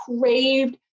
craved